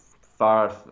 far